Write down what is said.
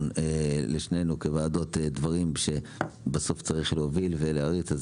המון לשנינו בוועדות דברים שצריך להוביל ולהריץ.